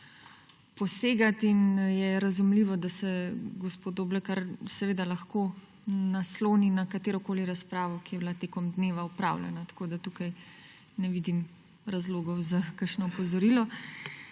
posegati in je razumljivo, da se gospod Doblekar lahko nasloni na katerokoli razpravo, ki je bila tekom dneva opravljena. Tako da tukaj ne vidim razlogov za kakšno opozorilo.